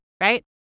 right